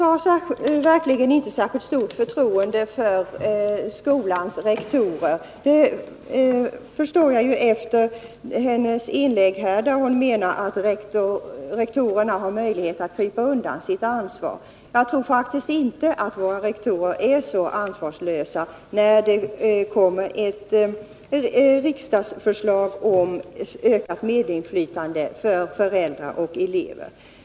Herr talman! Efter Inga Lantz inlägg förstår jag att hon verkligen inte har särskilt stort förtroende för skolans rektorer. Hon menar att rektorerna har möjlighet att krypa undan sitt ansvar. Jag tror faktiskt inte att våra rektorer är så ansvarslösa, när det kommer ett riksdagsförslag om ökat medinflytande för föräldrar och elever.